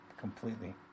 completely